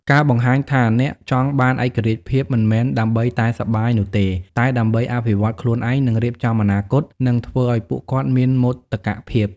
ការបង្ហាញថាអ្នកចង់បានឯករាជ្យភាពមិនមែនដើម្បីតែសប្បាយនោះទេ តែដើម្បីអភិវឌ្ឍន៍ខ្លួនឯង និងរៀបចំអនាគត នឹងធ្វើឲ្យពួកគាត់មានមោទកភាព។